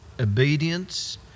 obedience